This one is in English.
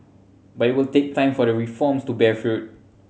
but it will take time for the reforms to bear fruit